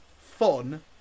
fun